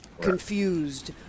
confused